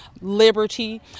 liberty